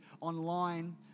online